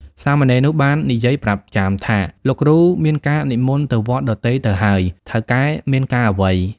សាមណេរនោះបាននិយាយប្រាប់ចាមថា "លោកគ្រូមានការនិមន្តទៅវត្តដទៃទៅហើយ ថៅកែមានការអ្វី?"។